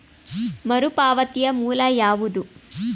ಮರುಪಾವತಿಯ ಮೂಲ ಯಾವುದು?